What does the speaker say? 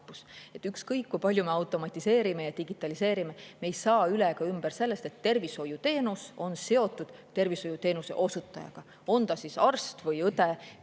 Ükskõik kui palju me automatiseerime ja digitaliseerime, me ei saa üle ega ümber sellest, et tervishoiuteenus on seotud tervishoiuteenuse osutajaga. On ta siis arst või õde,